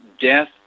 death